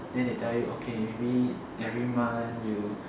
then they tell you okay maybe every month you